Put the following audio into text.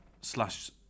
slash